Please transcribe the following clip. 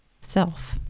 self